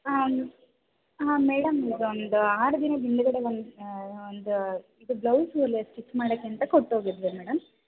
ಹಾಂ ಹಾಂ ಮೇಡಮ್ ಇದೊಂದು ಆರು ದಿನದ ಹಿಂದುಗಡೆ ಒಂದು ಒಂದು ಇದು ಬ್ಲೌಸ್ ಹೊಲಿಯಕ್ಕೆ ಸ್ಟಿಚ್ ಮಾಡೋಕ್ಕೆ ಅಂತ ಕೊಟ್ಟು ಹೋಗಿದ್ದೆ ಮೇಡಮ್